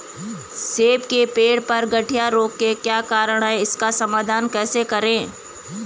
सेब के पेड़ पर गढ़िया रोग के क्या कारण हैं इसका समाधान कैसे करें?